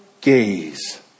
gaze